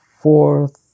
fourth